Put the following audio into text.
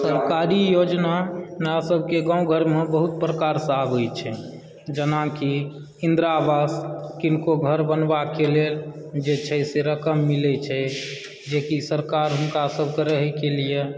सरकारी योजना अपना सभकऽ गाँव घरमे बहुत प्रकारसँ आबैत छै जेनाकि इंदिरा आवास किनको घर बनबाक लेल जे छै से रकम मिलैत छै जेकि सरकार हुनका सबकऽ रहयके लिए